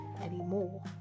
anymore